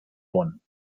bonn